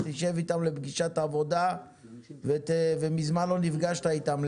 שב איתם לפגישת עבודה ומזמן לא נפגשת איתם,